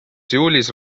juulis